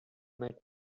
met